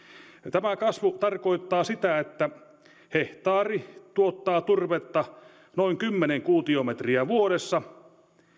tämä kasvu tarkoittaa sitä että hehtaari tuottaa turvetta noin kymmenen kuutiometriä vuodessa